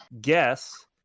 guess